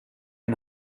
een